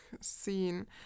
scene